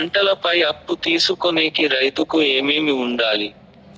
పంటల పై అప్పు తీసుకొనేకి రైతుకు ఏమేమి వుండాలి?